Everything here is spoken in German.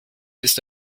ist